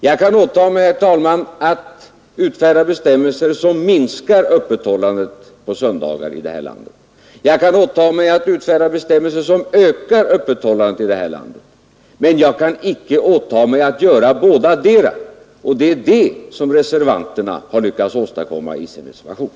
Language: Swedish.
Jag kan åta mig, herr talman, att utfärda bestämmelser som minskar öppethållandet på söndagar i detta land. Jag kan åta mig att utfärda bestämmelser som ökar öppethållandet i detta land, men jag kan inte åta mig att göra bådadera, vilket reservanterna kräver i sin reservation.